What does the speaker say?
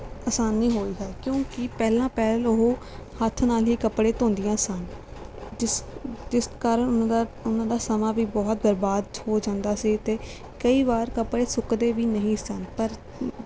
ਆਸਾਨੀ ਹੋਈ ਹੈ ਕਿਉਂਕਿ ਪਹਿਲਾਂ ਪਹਿਲ ਉਹ ਹੱਥ ਨਾਲ ਹੀ ਕੱਪੜੇ ਧੋਂਦੀਆਂ ਸਨ ਜਿਸ ਜਿਸ ਕਾਰਨ ਉਹਨਾਂ ਦਾ ਉਹਨਾਂ ਦਾ ਸਮਾਂ ਵੀ ਬਹੁਤ ਬਰਬਾਦ ਹੋ ਜਾਂਦਾ ਸੀ ਅਤੇ ਕਈ ਵਾਰ ਕੱਪੜੇ ਸੁੱਕਦੇ ਵੀ ਨਹੀਂ ਸਨ ਪਰ